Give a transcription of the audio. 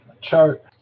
chart